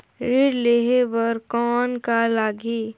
ऋण लेहे बर कौन का लगही?